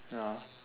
ya